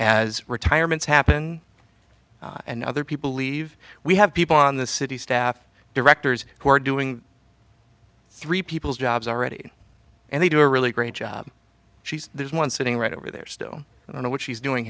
as retirements happen and other people leave we have people on the city staff directors who are doing three people's jobs already and they do a really great job she's there's one sitting right over there still i don't know what she's doing